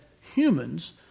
humans